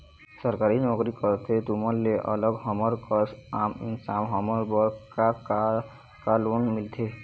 सरकारी नोकरी करथे तुमन ले अलग हमर कस आम इंसान हमन बर का का लोन मिलथे?